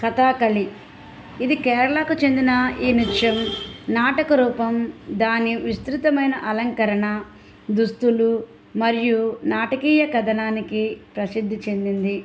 కథాకళి ఇది కేరళకు చెందిన ఈ నృత్యం నాటక రూపం దాని విస్తృతమైన అలంకరణ దుస్తులు మరియు నాటకీయ కథనానికి ప్రసిద్ధి చెందింది